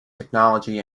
technology